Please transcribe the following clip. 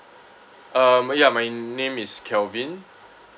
um ya my name is kelvin